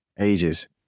Ages